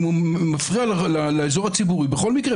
אם הוא מפריע לאזור הציבורי בכל מקרה,